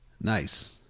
Nice